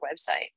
website